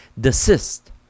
Desist